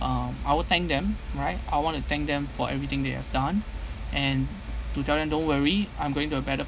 um I will thank them right I want to thank them for everything they have done and to tell them don't worry I'm going to a better